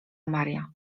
maria